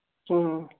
کِہیٖنٛۍ